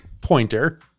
Pointer